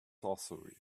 sorcery